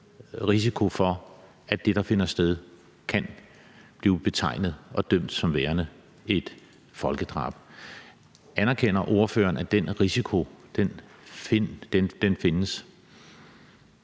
til det juridiske – kan blive betegnet og dømt som værende et folkedrab. Anerkender ordføreren, at den risiko findes?